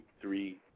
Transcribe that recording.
three